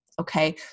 Okay